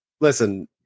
listen